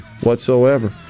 whatsoever